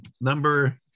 number